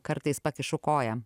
kartais pakišu koją